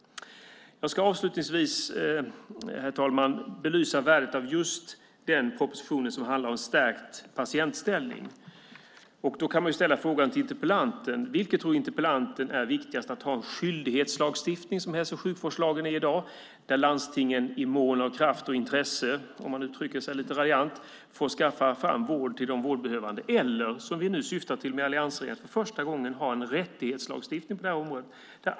Jag ska avslutningsvis belysa värdet av just den proposition som handlar om stärkt patientställning. Man kan fråga interpellanten: Vilket tror interpellanten är viktigast? Är det att ha en skyldighetslagstiftning, som hälso och sjukvårdslagen är i dag, där landstingen om man uttrycker sig lite raljant i mån av kraft och intresse får skaffa fram vård till de vårdbehövande? Eller är det att som vi nu syftar till med alliansregeringen för första gången ha en rättighetslagstiftning på detta område?